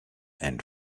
and